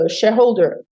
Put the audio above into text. shareholder